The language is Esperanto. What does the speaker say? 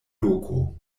loko